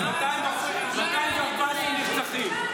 היו 214 נרצחים.